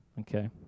Okay